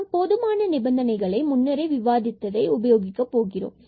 நாம் முன்னரே விவாதித்த போதுமான நிபந்தனைகளை உபயோகிக்க போகிறோம்